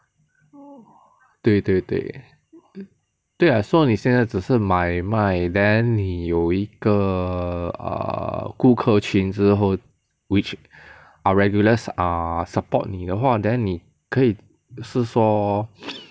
对对对对 lah so 你现在只是买卖 then 你有一个 err 顾客群之后 which are regulars err support 你的话 then 你可以是说